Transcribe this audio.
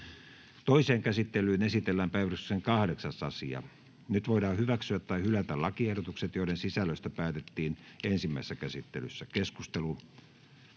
Toiseen käsittelyyn esitellään päiväjärjestyksen 4. asia. Nyt voidaan hyväksyä tai hylätä lakiehdotukset, joiden sisällöstä päätettiin ensimmäisessä käsittelyssä. — Keskustelu,